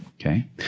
Okay